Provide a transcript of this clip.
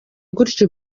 gutya